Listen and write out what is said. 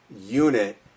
unit